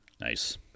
Nice